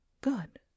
Good